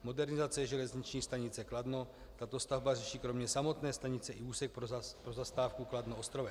Modernizace železniční stanice Kladno, tato stavba řeší kromě samotné stanice i úsek pro zastávku KladnoOstrovec.